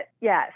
yes